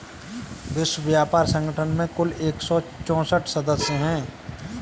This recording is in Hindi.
विश्व व्यापार संगठन में कुल एक सौ चौसठ सदस्य हैं